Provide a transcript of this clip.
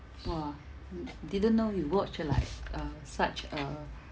!wah! mm didn't know you watch like uh such a